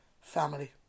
family